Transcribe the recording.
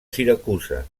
siracusa